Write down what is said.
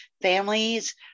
families